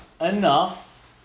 enough